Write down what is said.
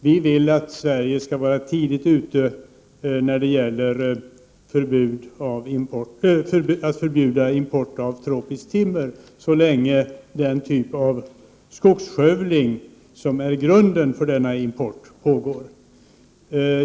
Vi vill att Sverige skall vara tidigt ute när det gäller att förbjuda import av tropiskt timmer, så länge den typ av skogsskövling som är grunden för denna import pågår.